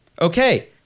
Okay